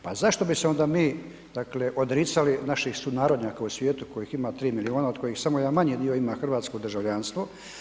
Pa zašto bi se onda mi odricali naših sunarodnjaka u svijetu kojih ima 3 milijuna od kojih samo jedan manji dio ima hrvatsko državljanstvo.